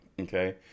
Okay